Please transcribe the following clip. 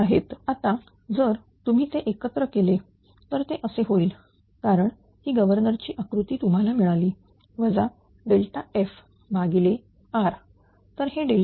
आता जर तुम्ही ते एकत्र केले तर ते असे होईल कारण ही गव्हर्नर ची आकृती तुम्हाला मिळाली वजा f भागिले R तर हे E